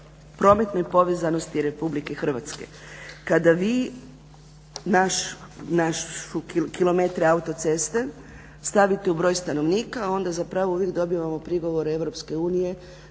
prometnoj povezanosti RH. kada vi naše kilometre autoceste stavite u broj stanovnika onda uvijek dobivamo prigovore EU